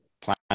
plan